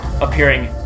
appearing